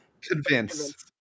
Convince